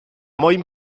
moim